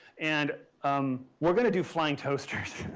and um we're going to do flying toasters.